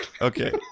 Okay